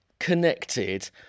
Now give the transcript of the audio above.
connected